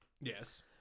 Yes